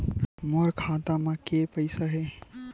मोर खाता म के पईसा हे?